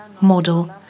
model